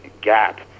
gap